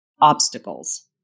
obstacles